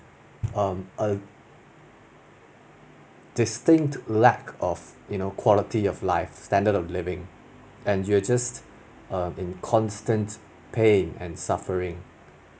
um err distinct lack of you know quality of life standard of living and you just err in constant pain and suffering